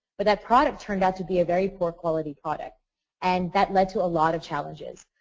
but that product turned out to be a very poor quality product and that led to a lot of challenges.